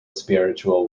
spiritual